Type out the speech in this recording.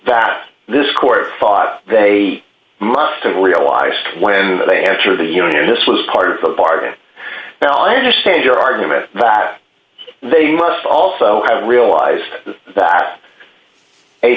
that this court thought they must have realized when they had to the union this was part of the bargain now i understand your argument that they must also have realized that a